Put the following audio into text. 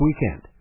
weekend